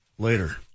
Later